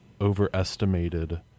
overestimated